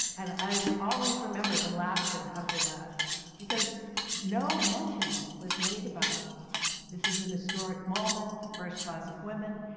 and i always remember the laughter and after that because no mention was made about this is a historic moment, the first class of women.